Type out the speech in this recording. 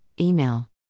email